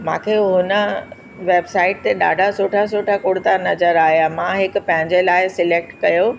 मूंखे हुन वेबसाइट ते ॾाढा सुठा सुठा कुर्ता नज़र आहियां मां हिकु पंहिंजे लाइ सिलेक्ट कयो